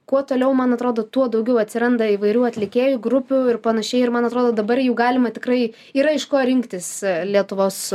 kuo toliau man atrodo tuo daugiau atsiranda įvairių atlikėjų grupių ir panašiai ir man atrodo dabar jų galima tikrai yra iš ko rinktis lietuvos